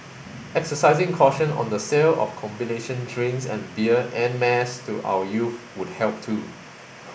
exercising caution on the sale of combination drinks and beer en mass to our youth would help too